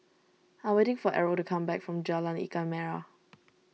I am waiting for Errol to come back from Jalan Ikan Merah